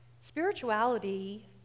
Spirituality